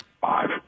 Five